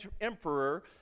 emperor